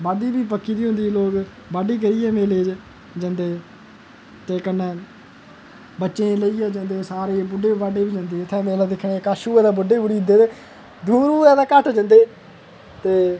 बाड्ढी बी पक्की दी होंदी लोग बाड्ढी करियै मेले गी जंदे ते कन्नै बच्चें ई लेइयै जंदे सारे बुड्ढे बाड्ढें गी बी लैंदे उत्थें मेला दिक्खने ई कश होऐ ते बुढ्ढे बी उठी जंदे ते दूर होऐ ते घट्ट जंदे ते